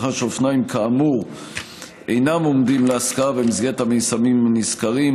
ומאחר שאופניים כאמור אינם עומדים להשכרה במסגרת המיזמים הנזכרים,